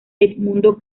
edmundo